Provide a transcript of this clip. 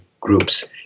groups